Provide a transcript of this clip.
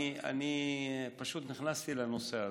אני פשוט נכנסתי לנושא הזה,